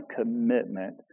commitment